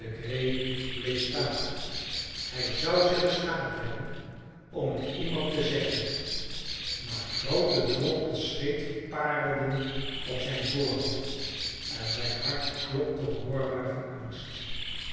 hij zou zich geschaamd hebben om het iemand te zeggen maar groote droppels zweet parelden op zijn voorhoofd en zijn hart klopte hoorbaar van angst